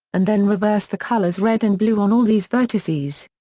and then reverse the colors red and blue on all these vertices.